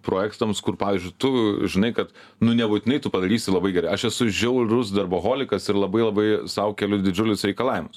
projektams kur pavyzdžiui tu žinai kad nu nebūtinai tu padarysi labai gerai aš esu žiaurus darboholikas ir labai labai sau keliu didžiulius reikalavimus